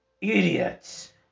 Idiots